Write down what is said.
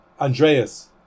Andreas